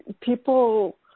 people